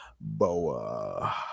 Boa